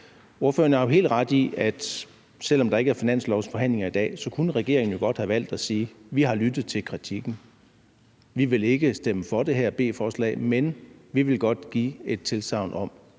Ordføreren har jo helt ret i, at selv om der ikke er finanslovsforhandlinger i dag, kunne regeringen jo godt have valgt at sige: Vi har lyttet til kritikken; vi vil ikke stemme for det her beslutningsforslag, men vi vil godt give et tilsagn om,